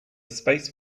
space